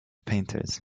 painters